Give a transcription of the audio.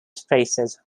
spaces